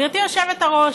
גברתי היושבת-ראש,